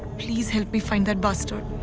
please help me find that but